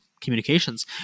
communications